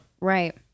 Right